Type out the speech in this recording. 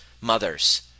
mothers